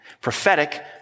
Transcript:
Prophetic